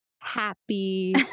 happy